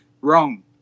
wrong